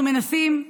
אנחנו מנסים,